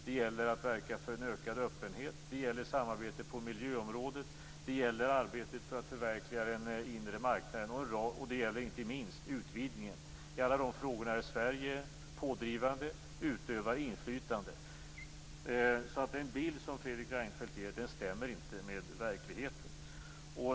Det gäller att verka för en ökad öppenhet, samarbete på miljöområdet, arbetet för att förverkliga den inre marknaden och inte minst utvidgningen. I alla de frågorna är Sverige pådrivande och utövar inflytande. Den bild som Fredrik Reinfeldt ger stämmer inte med verkligheten.